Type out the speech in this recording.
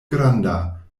granda